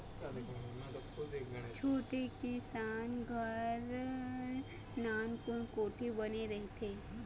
छोटे किसान घर नानकुन कोठी बने रहिथे